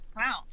Wow